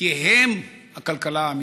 כי הם הכלכלה האמיתית.